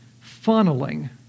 funneling